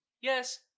yes